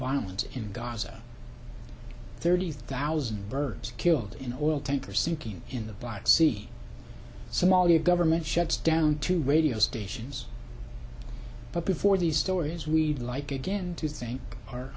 violence in gaza thirty thousand birds killed in oil tanker sinking in the black sea somalia government shuts down two radio stations but before these stories we'd like again to thank o